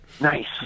nice